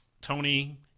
Tony